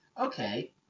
Okay